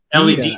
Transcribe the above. LED